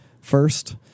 first